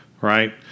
right